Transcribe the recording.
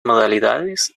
modalidades